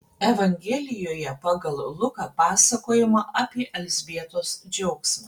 evangelijoje pagal luką pasakojama apie elzbietos džiaugsmą